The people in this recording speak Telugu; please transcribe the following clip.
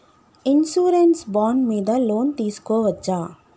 ఇన్సూరెన్స్ బాండ్ మీద లోన్ తీస్కొవచ్చా?